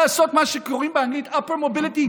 לעשות מה שקוראים באנגלית upper mobility,